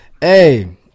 Hey